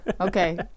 okay